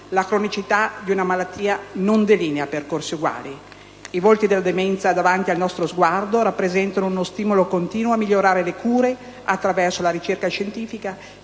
La cronicità di una malattia non delinea percorsi uguali. Infine, «I volti della demenza» davanti al nostro sguardo rappresentano uno stimolo continuo a migliorare le cure attraverso la ricerca scientifica,